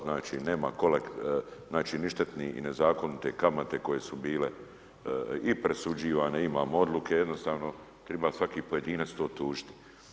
Znači, nema kolek… znači ništetni i nezakonite kamate koje su bile i presuđivane, imamo odluke, jednostavno treba svaki pojedinac to tužiti.